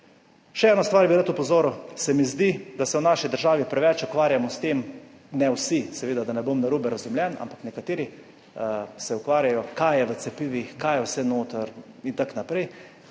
Še eno stvar bi rad opozoril, se mi zdi, da se v naši državi preveč ukvarjamo s tem, ne vsi seveda, da ne bom narobe razumljen, ampak nekateri se ukvarjajo kaj je v cepivih, kaj je vse noter in tako naprej.